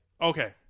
Okay